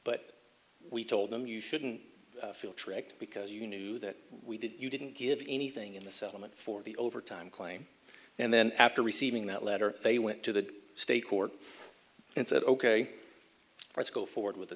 but we told them you shouldn't feel tricked because you knew that we didn't you didn't give anything in the settlement for the overtime claim and then after receiving that letter they went to the state court and said ok let's go forward with the